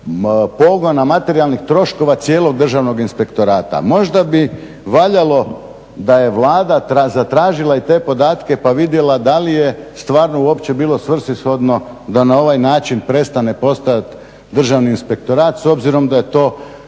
pogona, materijalnih troškova cijelog Državnog inspektorata. Možda bi valjalo da je Vlada zatražila i te podatke pa vidjela da li je stvarno uopće bilo svrsishodno da na ovaj način prestane postojati Državni inspektorat s obzirom da je to